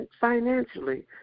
financially